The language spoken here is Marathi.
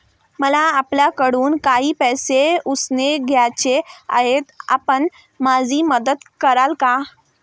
मला आपल्याकडून काही पैसे उसने घ्यायचे आहेत, आपण माझी मदत कराल का?